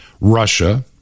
Russia